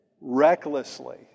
recklessly